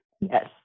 Yes